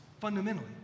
fundamentally